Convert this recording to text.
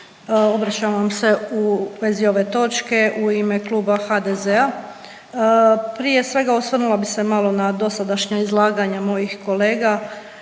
Obraćam vam se u vezi ove točke u ime Kluba HDZ-a. Prije svega, osvrnula bih se malo na dosadašnja izlaganja mojih kolega,